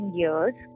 years